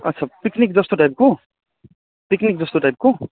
अच्छा पिकनिक जस्तो टाइपको पिकनिक जस्तो टाइपको